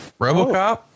Robocop